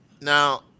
Now